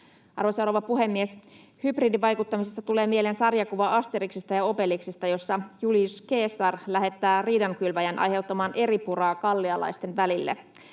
rouva puhemies! Hybridivaikuttamisesta tulee mieleen sarjakuva Asterixista ja Obelixista, jossa Julius Caesar lähettää riidankylväjän aiheuttamaan eripuraa gallialaisten välille.